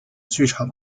剧场